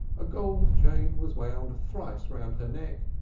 a gold chain was wound thrice round her neck,